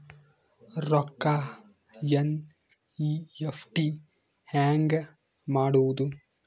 ರೊಕ್ಕ ಎನ್.ಇ.ಎಫ್.ಟಿ ಹ್ಯಾಂಗ್ ಮಾಡುವುದು?